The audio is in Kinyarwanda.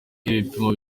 ibipimo